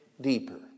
deeper